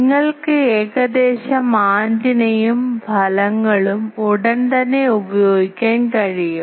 നിങ്ങൾക്ക് ഏകദേശം ആന്റിനയും ഫലങ്ങളും ഉടൻ തന്നെ ഉപയോഗിക്കാൻ കഴിയും